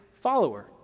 follower